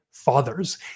fathers